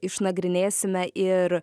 išnagrinėsime ir